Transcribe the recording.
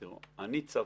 תראו, אני צבא.